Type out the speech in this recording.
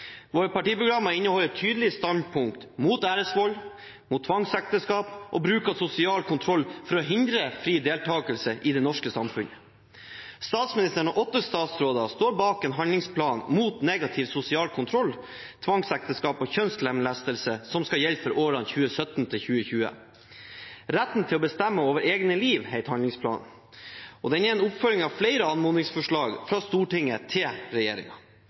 Våre partiprogrammer inneholder tydelige standpunkt mot æresvold, tvangsekteskap og bruk av sosial kontroll for å hindre fri deltakelse i det norske samfunnet. Statsministeren og åtte statsråder står bak en handlingsplan mot negativ sosial kontroll, tvangsekteskap og kjønnslemlestelse som skal gjelde for årene 2017–2020. «Retten til å bestemme over eget liv», heter handlingsplanen, og den er en oppfølging av flere anmodningsforslag fra Stortinget til